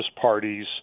parties